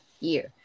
year